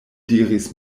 diris